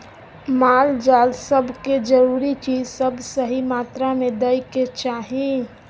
माल जाल सब के जरूरी चीज सब सही मात्रा में दइ के चाही